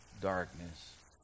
darkness